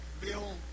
Bill